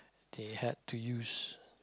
they had to use